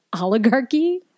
Oligarchy